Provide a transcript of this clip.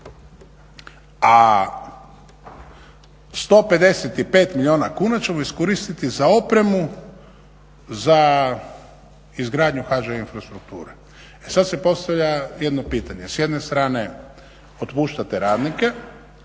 A 155 milijuna kuna ćemo iskoristiti za opremu za izgradnju HŽ infrastrukture. E sad se postavlja jedno pitanje. S jedne strane otpuštate radnike,